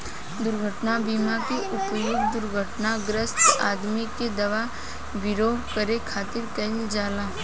दुर्घटना बीमा के उपयोग दुर्घटनाग्रस्त आदमी के दवा विरो करे खातिर कईल जाला